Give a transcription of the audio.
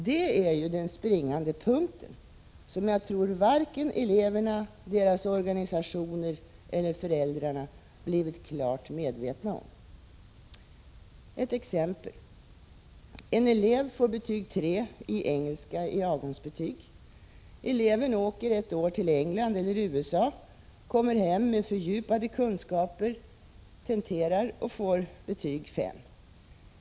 Detta är ju den springande punkt som jag tror varken eleverna, deras organisationer eller föräldrarna blivit klart upplysta om. Jag tar ett exempel: En elev får betyg 3 i engelska i avgångsbetyg. Eleven åker till England eller USA på ett år, kommer hem med fördjupade kunskaper, tenterar och får betyg 5.